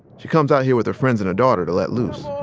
she comes out here with her friends and her daughter to let loose